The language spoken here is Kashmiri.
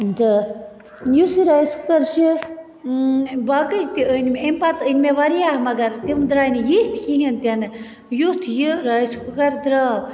تہٕ یُس یہِ رایِس کُکَر چھُ باقٕے تہِ أنۍ مےٚ امہِ پَتہٕ أنۍ مےٚ واریاہ مگر تِم درٛاے نہٕ یِتھۍ کِہیٖنٛۍ تہِ نہٕ یُتھ یہِ رایِس کُکَر درٛاو